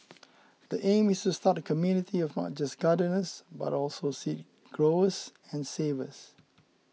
the aim is to start a community of not just gardeners but also seed growers and savers